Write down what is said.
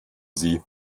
sie